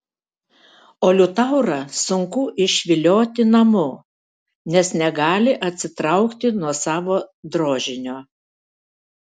o liutaurą sunku išvilioti namo nes negali atsitraukti nuo savo drožinio